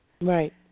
Right